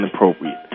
inappropriate